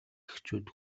эхчүүд